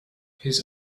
his